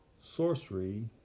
sorcery